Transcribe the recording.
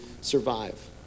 survive